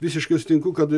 visiškai sutinku kad